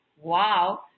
wow